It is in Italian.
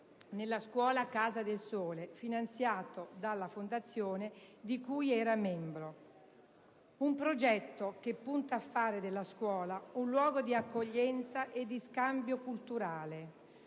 nella scuola Casa del Sole, finanziato dalla fondazione di cui era membro: un progetto che punta a fare della scuola un luogo di accoglienza e di scambio culturale,